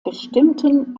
bestimmten